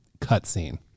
Cutscene